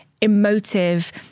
emotive